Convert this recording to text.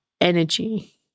energy